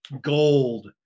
gold